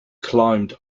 climbed